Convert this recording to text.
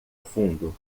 fundo